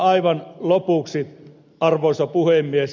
aivan lopuksi arvoisa puhemies